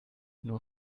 nur